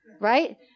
right